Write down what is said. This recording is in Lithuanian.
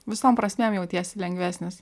visom prasmėm jautiesi lengvesnis